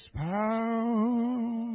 power